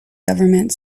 government